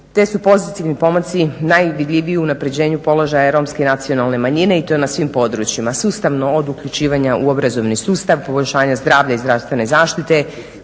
su pozitivni pomaci najvidljiviji u unapređenju položaja Romske nacionalne manjine i to na svim područjima, sustavno od uključivanja u obrazovni sustav, poboljšanja zdravlja i zdravstvene zaštite,